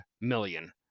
million